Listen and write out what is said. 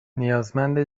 نیازمند